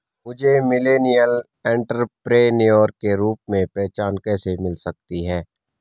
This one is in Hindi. मुझे मिलेनियल एंटेरप्रेन्योर के रूप में पहचान कैसे मिल सकती है?